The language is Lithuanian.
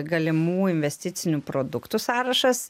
galimų investicinių produktų sąrašas